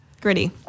Gritty